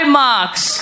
marks